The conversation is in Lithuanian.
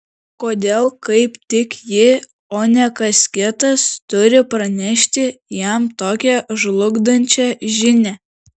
kodėl kaip tik ji o ne kas kitas turi pranešti jam tokią žlugdančią žinią